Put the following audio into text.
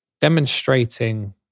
demonstrating